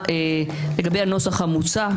לגבי הנוסח המוצע,